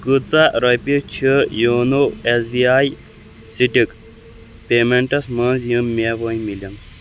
کۭژاہ رۄپیہِ چھِ یونو ایٚس بی آی سٹک پیمنٹَس منٛز یِم مےٚ وۄنۍ مِلَن